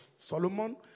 Solomon